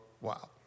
wow